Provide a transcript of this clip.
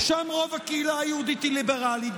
שם רוב הקהילה היהודית היא ליברלית,